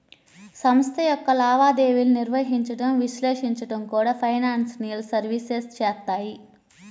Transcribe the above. సంస్థ యొక్క లావాదేవీలను నిర్వహించడం, విశ్లేషించడం కూడా ఫైనాన్షియల్ సర్వీసెస్ చేత్తాయి